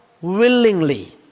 willingly